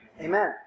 amen